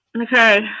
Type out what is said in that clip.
Okay